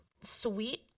sweet